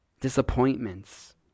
disappointments